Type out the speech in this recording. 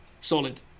solid